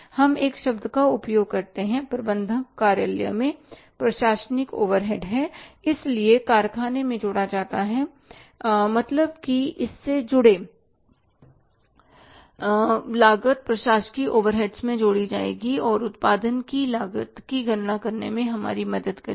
हम एक शब्द का उपयोग करते हैं प्रबंधक कार्यालय में प्रशासनिक ओवरहेड है इसलिए कारखानेमें जोड़ा जाता है मतलब की इससे जुड़े लागत प्रशासकीय ओवरहेड्स में जोड़ी जाएगी और उत्पादन की लागत की गणना करने में हमारी मदद करेगी